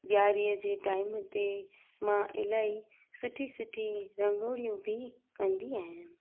ॾियारीअ जे टाइम ते मां इलाही सुठी सुठी रंगोलियूं बि कंदी आहियां